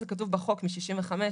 זה כתוב בחוק מ-65.